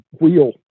wheel